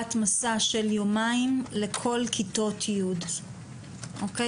חובת מסע של יומיים לכל כיתות י', אוקיי?